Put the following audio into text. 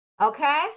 Okay